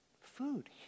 food